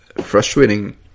frustrating